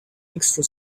extra